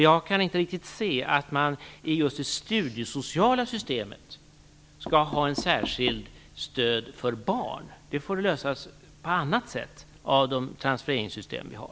Jag kan inte riktigt se att man just i det studiesociala systemet skall ha ett särskilt stöd för barn. Det får lösas på annat sätt genom de transfereringssystem vi har.